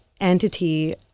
entity